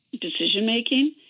decision-making